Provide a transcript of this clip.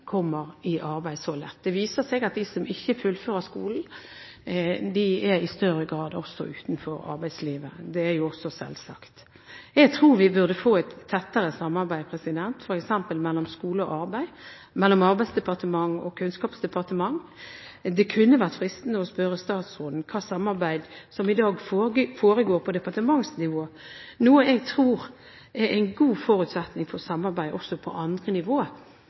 fullfører skolen, i større grad også er utenfor arbeidslivet – det er jo også selvsagt. Jeg tror vi burde få et tettere samarbeid f.eks. mellom skole og arbeid og mellom Arbeidsdepartementet og Kunnskapsdepartementet. Det kunne vært fristende å spørre statsråden om hva slags samarbeid som i dag foregår på departementsnivå – noe som jeg tror er en god forutsetning for samarbeid også på andre nivåer.